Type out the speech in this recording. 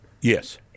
Yes